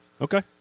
Okay